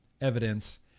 evidence